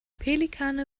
pelikane